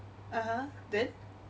(uh huh) then